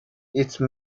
made